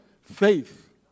faith